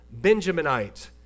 Benjaminite